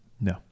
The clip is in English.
No